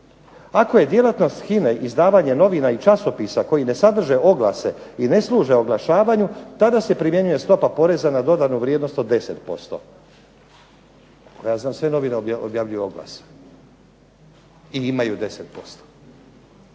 "Ako je djelatnost HINA-e izdavanje novina i časopisa koji ne sadrže oglase i ne služe oglašavanju, tada se primjenjuje stopa poreza na dodanu vrijednost od 20%". Koliko ja znam sve novine objavljuju oglase i imaju 10%,